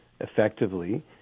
effectively